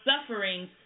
sufferings